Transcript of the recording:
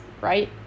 Right